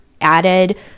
added